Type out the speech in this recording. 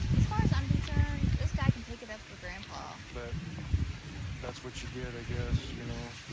as far as i'm concerned, this guy can take it up with grandpa. but that's what you get, i guess, you know.